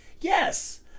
Yes